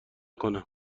کنم